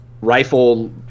rifle